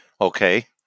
Okay